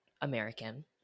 American